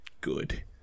good